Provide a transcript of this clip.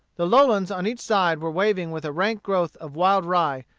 the lowlands on each side were waving with a rank growth of wild rye,